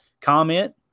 comment